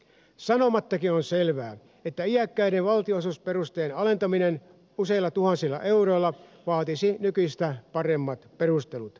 sanomattakin on selvää että iäkkäiden valtionosuusperusteen alentaminen useilla tuhansilla euroilla vaatisi nykyistä paremmat perustelut